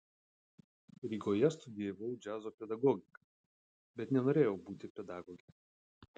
rygoje studijavau džiazo pedagogiką bet nenorėjau būti pedagoge